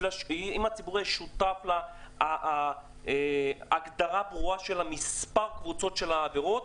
אם הציבור יהיה שותף להגדרה הברורה של מספר הקבוצות של העבירות,